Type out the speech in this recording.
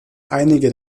einige